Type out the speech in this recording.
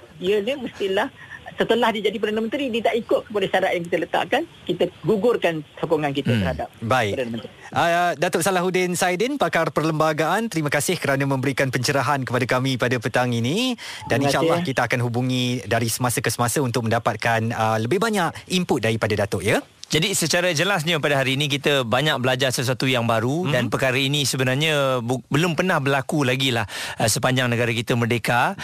Ya, dia mestilah setelah dia jadi Perdana Menteri, dia tak ikut kepada syarat yang kita letakkan. Kita gugurkan sokongan kita Hmm. terhadap Baik. Perdana Menteri. Ah, Datuk Salahuddin Saidin, pakar perlembagaan, terima kasih kerana memberikan pencerahan kepada kami pada petang ini. Dan Terima insyaallah kasih. kita akan hubungi dari semasa ke semasa untuk mendapatkan, ah, lebih banyak input daripada Datuk, ya. Jadi, secara jelasnya pada hari ini kita banyak belajar sesuatu yang baru Mhm. dan perkara ini sebenarnya bu- belum pernah berlaku lagi lah, ah, sepanjang negara kita merdeka.